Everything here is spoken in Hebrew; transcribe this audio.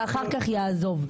ואחר-כך יעזוב.